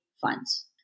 funds